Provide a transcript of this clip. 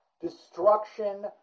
destruction